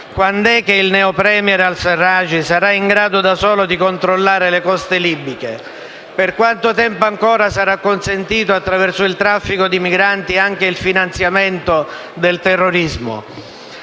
Quand'è che il neo-*premier* al-Sarraj sarà in grado da solo di controllare le coste libiche? Per quanto tempo ancora sarà consentito, attraverso il traffico di migranti, anche il finanziamento del terrorismo?